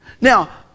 Now